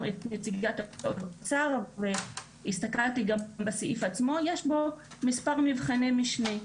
את נציגת האוצר והסתכלתי גם בסעיף עצמו יש בו מספר מבחני משנה.